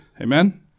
Amen